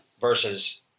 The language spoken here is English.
Versus